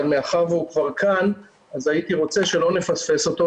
מאחר והוא כבר כאן אז הייתי רוצה שלא נפספס אותו,